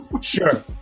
sure